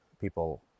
people